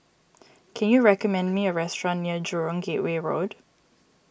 can you recommend me a restaurant near Jurong Gateway Road